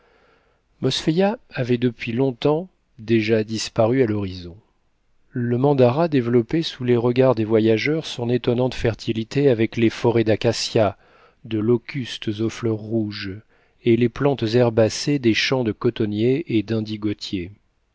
mosfeia avait depuis longtemps déjà disparu à l'horizon le mandara développait sous les regards des voyageurs son étonnante fertilité avec les forêts d'acacias de locustes aux fleurs rouges et les plantes herbacées des champs de cotonniers et